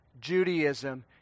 Judaism